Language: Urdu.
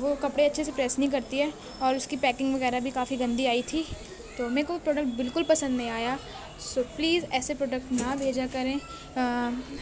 وہ کپڑے اچھے سے پریس نہیں کرتی ہے اور اس کی پیکنگ وغیرہ بھی کافی گندی آئی تھی تو میرے کو وہ پروڈکٹ بالکل پسند نہیں آیا سو پلیز ایسے پروڈکٹ نہ بھیجا کریں